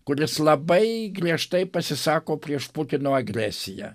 kuris labai griežtai pasisako prieš putino agresiją